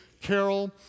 carol